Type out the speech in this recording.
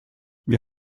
wir